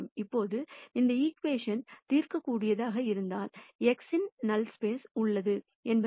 இப்போது இந்த ஈகிவேஷன் தீர்க்கக்கூடியதாக இருந்தால் x இன் நல் ஸ்பைஸ் உள்ளது என்பதை கவனியுங்கள்